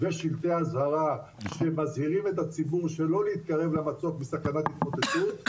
ושלטי אזהרה שמזהירים את הציבור שלא להתקרב למצוק מסכנת התמוטטות.